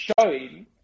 showing